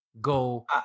go